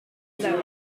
lower